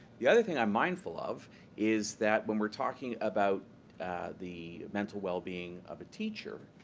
the other thing i'm mindful of is that when we're talking about the mental well-being of a teacher,